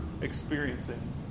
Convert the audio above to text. experiencing